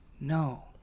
No